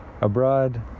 abroad